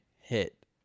hit